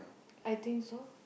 I think so